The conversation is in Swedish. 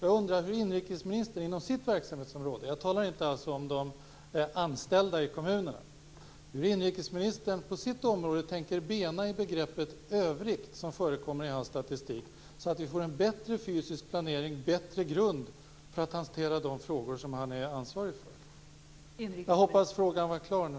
Jag undrar hur inrikesministern inom sitt verksamhetsområde - jag talar alltså inte om de anställda i kommunerna - tänker bena i begreppet övriga som förekommer i hans statistik så att vi får en bättre fysisk planering, en bättre grund för att hantera de frågor som han är ansvarig för. Jag hoppas att frågan var klar nu.